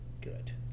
Good